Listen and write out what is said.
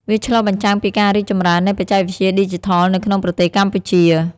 វាឆ្លុះបញ្ចាំងពីការរីកចម្រើននៃបច្ចេកវិទ្យាឌីជីថលនៅក្នុងប្រទេសកម្ពុជា។